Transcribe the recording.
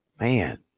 Man